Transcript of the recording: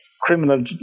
criminal